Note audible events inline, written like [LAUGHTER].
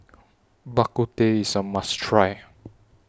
Bak Kut Teh IS A must Try [NOISE]